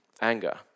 anger